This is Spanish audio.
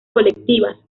colectivas